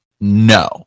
no